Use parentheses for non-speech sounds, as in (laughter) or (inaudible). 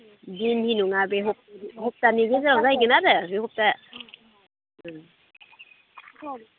जोंनि नङा बे सप्ता बे सप्तायाव जाहैगोन आरो (unintelligible)